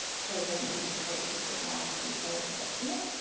so then in this case you would put ninety three pages up here,